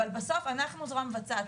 אבל בסוף אנחנו זרוע מבצעת,